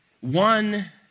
one